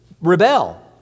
rebel